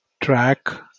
track